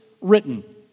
written